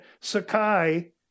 Sakai